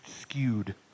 skewed